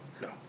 no